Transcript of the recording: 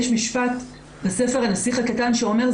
יש משפט בספר הנסיך הקטן שאומר,